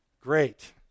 Great